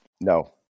No